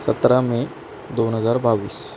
सतरा मे दोन हजार बावीस